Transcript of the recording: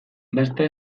dasta